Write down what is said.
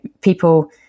people